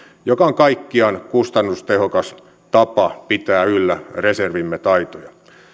joka on kaikkiaan kustannustehokas tapa pitää yllä reservimme taitoja